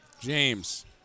James